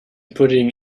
putting